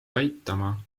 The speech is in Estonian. aitama